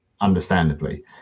understandably